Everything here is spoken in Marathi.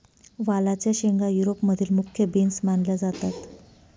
वालाच्या शेंगा युरोप मधील मुख्य बीन्स मानल्या जातात